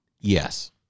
Yes